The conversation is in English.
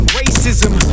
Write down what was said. racism